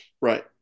Right